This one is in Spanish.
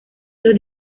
los